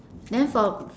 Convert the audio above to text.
then for